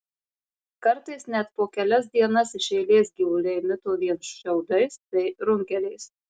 kartais net po kelias dienas iš eilės gyvuliai mito vien šiaudais bei runkeliais